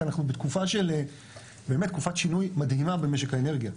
אנחנו בתקופת שינוי מדהימה במשק האנרגיה.